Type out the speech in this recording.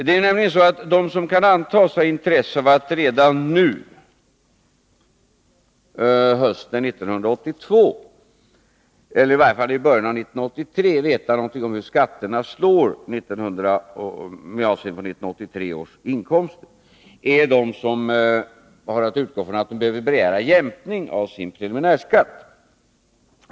Det är nämligen så att de som kan antas ha intresse av att redan nu, hösten 1982 eller i varje fall i början av 1983, veta något om hur skatterna slår med avseende på 1983 års inkomster, är de som har att utgå från att de behöver begära jämkning av sin preliminärskatt.